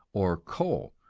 or coal,